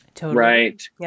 Right